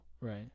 Right